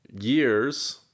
years